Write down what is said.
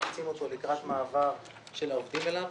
משפצים אותו לקראת מעבר של העובדים אליו.